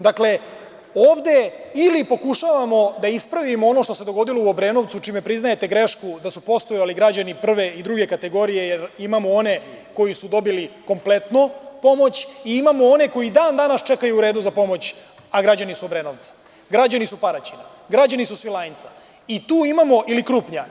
Dakle, ovde ili pokušavamo da ispravimo ono što se dogodilo u Obrenovcu, čime priznajete grešku da su postojali građani prve i druge kategorije, jer imamo one koji su dobili kompletnu pomoć i imamo one koji i dan danas čekaju u redu za pomoć, a građani su Obrenovca, Paraćina, Svilajnca ili Krupnja.